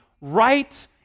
right